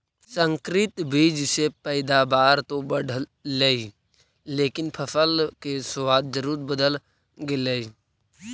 संकरित बीज से पैदावार तो बढ़लई लेकिन फसल के स्वाद जरूर बदल गेलइ